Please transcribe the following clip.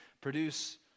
produce